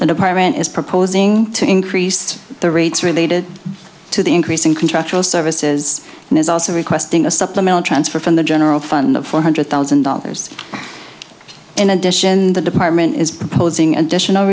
the department is proposing to increase the rates related to the increase in contractual services and is also requesting a supplemental transfer from the general fund of four hundred thousand dollars in addition the department is proposing additional